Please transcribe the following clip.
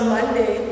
Monday